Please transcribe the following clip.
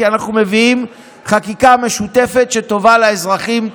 כי אנחנו מביאים חקיקה משותפת שטובה לאזרחים.